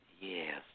Yes